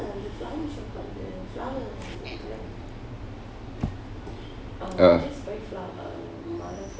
uh